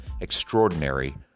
extraordinary